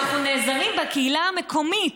אנחנו נעזרים בקהילה המקומית.